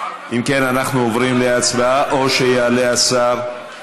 אם כן, אנחנו עוברים להצבעה, או שיעלה השר?